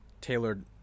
tailored